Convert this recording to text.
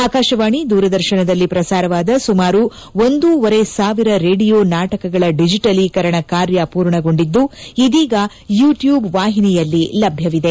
ಆಕಾಶವಾಣಿದೂರದರ್ಶನದಲ್ಲಿ ಪ್ರಸಾರವಾದ ಸುಮಾರು ಒಂದೂವರೆ ಸಾವಿರ ರೇಡಿಯೋ ನಾಟಕಗಳ ಡಿಜಿಟಲೀಕರಣ ಕಾರ್ಯ ಪೂರ್ಣಗೊಂಡಿದ್ದು ಇದೀಗ ಯುಟ್ಯೂಬ್ ವಾಹಿನಿಯಲ್ಲಿ ಲಭ್ಯವಿದೆ